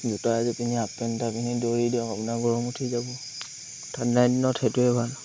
জোতা এযোৰ পিন্ধি হাফ পণ্ট এটা পিন্ধি দৌৰি দিয়ক আপোনাৰ গৰম উঠি যাব ঠাণ্ডাৰ দিনত সেইটোৱে ভাল